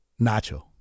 Nacho